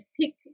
pick